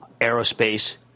aerospace